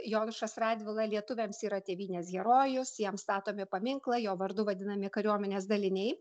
jonušas radvila lietuviams yra tėvynės herojus jam statomi paminklai jo vardu vadinami kariuomenės daliniai